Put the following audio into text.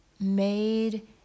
made